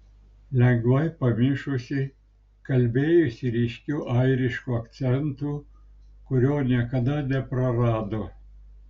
lengvai pamišusi kalbėjusi ryškiu airišku akcentu kurio niekada neprarado